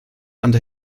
under